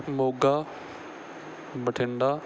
Moga Bathinda